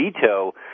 veto